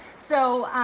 so